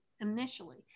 initially